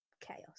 chaos